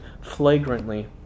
flagrantly